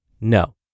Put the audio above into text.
no